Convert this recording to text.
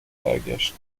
برگشت